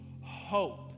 hope